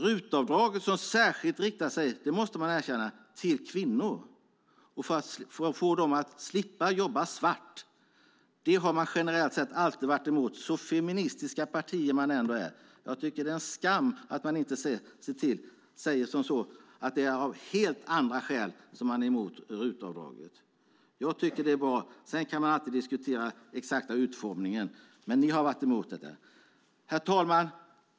RUT-avdraget, som särskilt riktar sig till kvinnor för att de ska slippa jobba svart, har man generellt sett alltid varit emot, så feministiska partier man ändå är. Jag tycker att det är en skam att man inte säger att man är emot RUT-avdraget av helt andra skäl. Jag tycker att det är bra, men sedan kan man alltid diskutera den exakta utformningen. Herr talman!